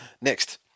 Next